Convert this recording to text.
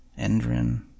endrin